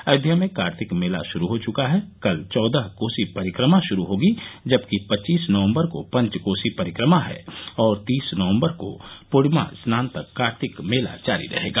अयोध्या में कार्तिक मेला शुरू हो चुका है कल चौदह कोसी परिक्रमा शुरू होगी जबकि पच्चीस नवम्बर को पंचकोसी परिक्रमा है और तीस नवम्बर को पूर्णिमा स्नान तक कार्तिक मेला जारी रहेगा